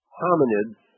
hominids